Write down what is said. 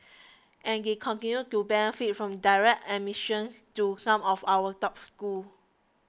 and they continue to benefit from direct admissions to some of our top schools